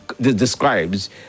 describes